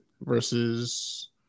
versus